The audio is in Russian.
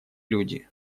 люди